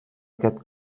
aquest